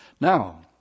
Now